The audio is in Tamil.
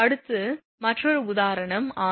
அடுத்து மற்றொரு உதாரணம் 6